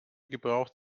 gebraucht